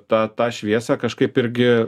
tą tą šviesą kažkaip irgi